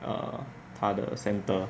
err 他的 center